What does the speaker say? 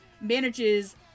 manages